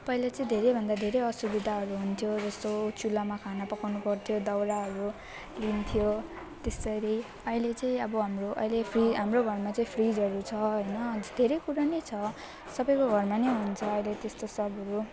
पहिले चाहिँ धेरैभन्दा धेरै असुविधाहरू हुन्थ्यो जस्तो चुलामा खाना पकाउनुपर्थ्यो दाउराहरू लिइन्थ्यो त्यसरी अहिले चाहिँ अब हाम्रो अहिले फेरि हाम्रो घरमा चाहिँ फ्रिजहरू छ होइन धेरै कुरा नै छ सबैको घरमा नै हुन्छ अहिले त्यस्तो सबहरू